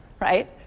Right